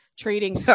Trading